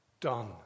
done